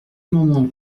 moment